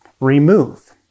remove